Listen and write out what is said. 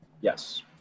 Yes